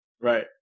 Right